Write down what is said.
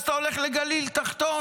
אז אתה הולך לגליל התחתון,